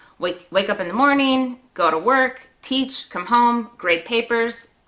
wake wake up in the morning, go to work, teach, come home, grade papers,